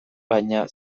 baina